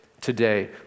today